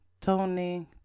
Tony